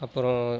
அப்புறம்